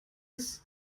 ist